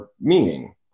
meaning